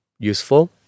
useful